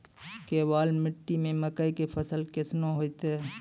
केवाल मिट्टी मे मकई के फ़सल कैसनौ होईतै?